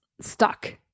stuck